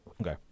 Okay